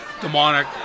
demonic